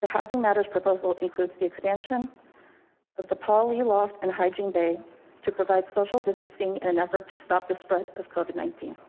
but housing matters proposal includes the expansion of the poly loft and hygiene bay to provide social distancing and an effort to stop the spread of covid nineteen.